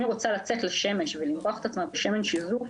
היא רוצה לצאת לשמש ולמרוח את עצמה בשמן שיזוף,